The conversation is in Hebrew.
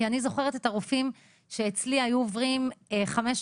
כי אני זוכרת את הרופאים שאצלי היו עוברים חמישה